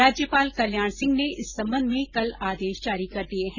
राज्यपाल कल्याण सिंह ने इस संबंध में कल आदेश जारी कर दिये है